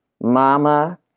mama